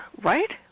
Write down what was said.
right